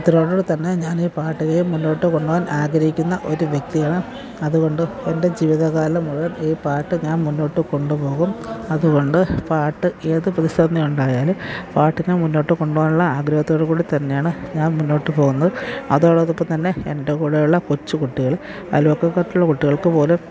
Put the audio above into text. അതിനോടുകൂടെത്തന്നെ ഞാനീ പാട്ടിനെയും മുന്നോട്ട് കൊണ്ടുപോവാൻ ആഗ്രഹിക്കുന്ന ഒരു വ്യക്തിയാണ് അതുകൊണ്ട് എൻ്റെ ജീവിതകാലം മുഴുവൻ ഈ പാട്ട് ഞാൻ മുന്നോട്ട് കൊണ്ടുപോകും അതുകൊണ്ട് പാട്ട് ഏത് പ്രതിസന്ധി ഉണ്ടായാലും പാട്ടിനെ മുന്നോട്ട് കൊണ്ടുപോകാനുള്ള ആഗ്രഹത്തോടുകൂടിത്തന്നെയാണ് ഞാൻ മുന്നോട്ട് പോകുന്നത് അതോടൊപ്പംതന്നെ എൻ്റെ കൂടെയുള്ള കൊച്ചുകുട്ടികൾ അയൽവക്കത്തൊക്കെയുള്ള കുട്ടികൾക്ക് പോലും